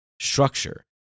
structure